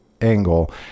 angle